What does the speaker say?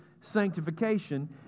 sanctification